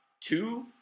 two